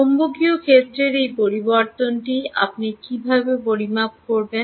চৌম্বকীয় ক্ষেত্রের এই পরিবর্তনটি আপনি কীভাবে পরিমাপ করবেন